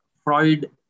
Freud